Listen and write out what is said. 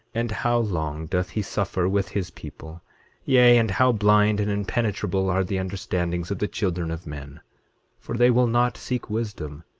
and how long doth he suffer with his people yea, and how blind and impenetrable are the understandings of the children of men for they will not seek wisdom,